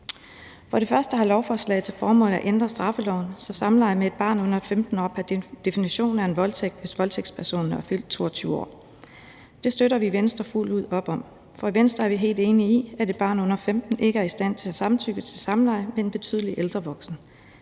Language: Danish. For det første har lovforslaget til formål at ændre straffeloven, så samleje med et barn under 15 år pr. definition er en voldtægt, hvis voldtægtspersonen er fyldt 22 år. Det støtter vi i Venstre fuldt ud op om, for i Venstre er vi helt enige i, at et barn under 15 år ikke er i stand til at samtykke til samleje med en betydelig ældre voksen.